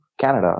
Canada